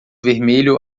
vermelho